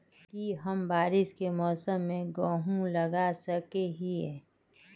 की हम बारिश के मौसम में गेंहू लगा सके हिए?